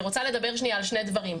אני רוצה לדבר שנייה על שני דברים.